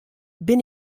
bin